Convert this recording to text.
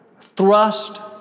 thrust